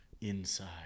Inside